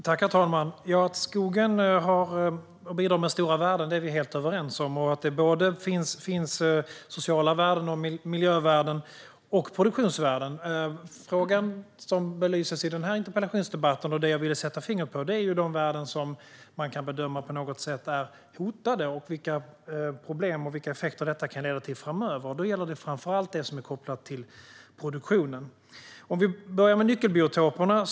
Herr talman! Ja, att skogen bidrar med stora värden är vi helt överens om. Det finns sociala värden, miljövärden och produktionsvärden. Frågan som belyses i denna interpellationsdebatt och som jag vill sätta fingret på gäller de värden som man kan bedöma är hotade på något sätt och vilka problem och effekter det kan leda till framöver. Det gäller framför allt det som är kopplat till produktionen. Vi kan börja med nyckelbiotoperna.